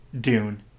Dune